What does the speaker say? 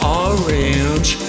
orange